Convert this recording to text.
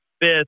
fifth